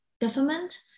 government